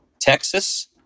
Texas